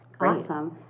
awesome